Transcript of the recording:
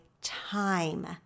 time